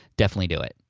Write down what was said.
definitely do it.